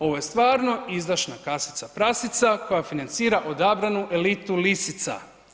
Ovo je stvarno izdašna kasica prasica koja financira odabranu elitu lisica.